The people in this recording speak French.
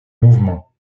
mouvement